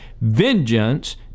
Vengeance